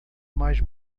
mais